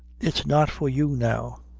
it's not for you now.